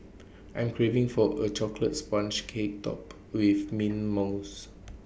I am craving for A Chocolate Sponge Cake Topped with Mint Mousse